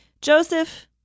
Joseph